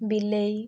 ବିଲେଇ